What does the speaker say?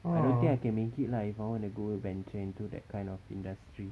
I don't think I can make it lah if I wanna go venture into that kind of industry